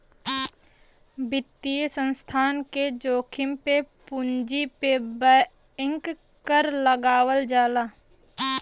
वित्तीय संस्थान के जोखिम पे पूंजी पे बैंक कर लगावल जाला